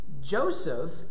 Joseph